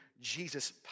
Jesus